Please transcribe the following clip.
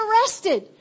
arrested